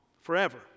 forever